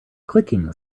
clicking